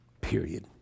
period